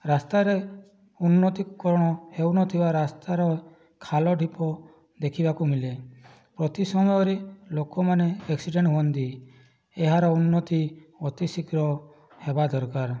ରାସ୍ତାରେ ଉନ୍ନତିକରଣ ହେଉନଥିବା ରାସ୍ତାର ଖାଲଢିପ ଦେଖିବାକୁ ମିଳେ ପ୍ରତି ସମୟରେ ଲୋକମାନେ ଆକ୍ସିଡେଣ୍ଟ ହୁଅନ୍ତି ଏହାର ଉନ୍ନତି ଅତିଶୀଘ୍ର ହେବା ଦରକାର